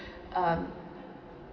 um